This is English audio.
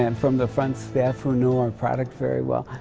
and from the front staff who know our products very well,